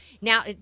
now